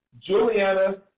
Juliana